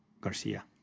Garcia